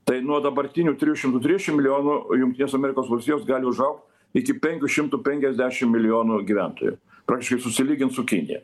tai nuo dabartinių trijų šimtų trisdešim milijonų jungtinės amerikos valstijos gali užaugti iki penkių šimtų penkiasdešim milijonų gyventojų praktiškai susilygint su kinija